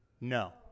No